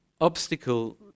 obstacle